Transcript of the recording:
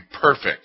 perfect